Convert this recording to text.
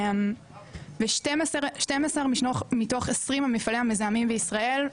ו-12 מתוך 20 המפעלים המזהמים בישראל,